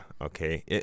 Okay